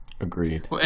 Agreed